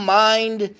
mind